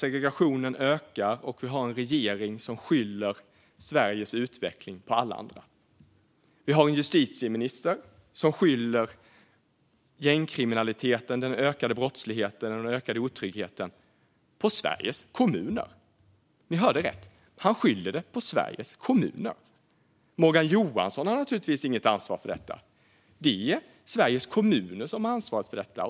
Segregationen ökar, och vi har en regering som skyller Sveriges utveckling på alla andra. Vi har en justitieminister som skyller gängkriminaliteten, den ökade brottsligheten och den ökade otryggheten på Sveriges kommuner. Ni hörde rätt. Han skyller på Sveriges kommuner. Morgan Johansson har naturligtvis inget ansvar för detta. Det är Sveriges kommuner som har ansvar för detta.